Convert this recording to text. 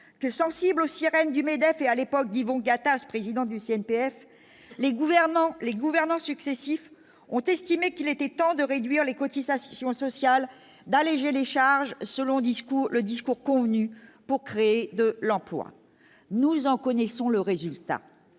que sensible aux sirènes du MEDEF et à l'époque d'Yvon Gattaz, président du CNPF, les gouvernements, les gouvernements successifs ont estimé qu'il était temps de réduire les cotisations sociales, d'alléger les charges, ce long discours le discours convenu pour créer de l'emploi, nous en connaissons le résultat,